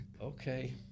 Okay